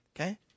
okay